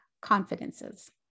confidences